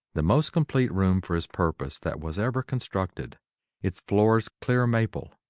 the most complete room for its purpose that was ever constructed its floors clear-maple,